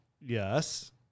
Yes